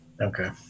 Okay